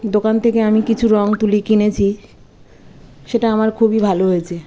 দোকান থেকে আমি কিছু রঙ তুলি কিনেছি সেটা আমার খুবই ভালো হয়েছে